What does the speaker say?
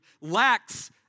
lacks